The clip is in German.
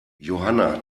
johanna